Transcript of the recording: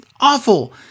Awful